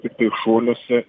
tiktai šuoliuose